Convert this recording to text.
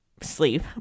sleep